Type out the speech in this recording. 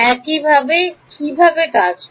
এটা কিভাবে কাজ করে